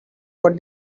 what